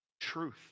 truth